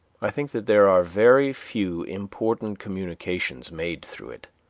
i think that there are very few important communications made through it.